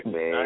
Man